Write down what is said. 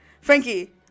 Frankie